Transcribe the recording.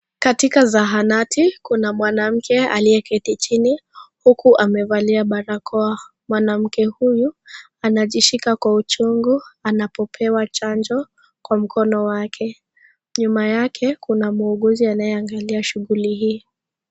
Katika zahanati kuna mwanamke aliyeketi chini huku amevalia barakoa. Mwanamke huyu anajishika kwa uchungu anapopewa chanjo kwa mkono wake. Nyuma yake kuna muuguzi anayeangalia shughuli hii.